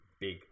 big